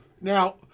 now